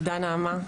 תודה לך נעמה,